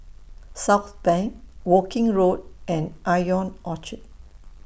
Southbank Woking Road and Ion Orchard